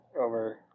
over